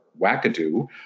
wackadoo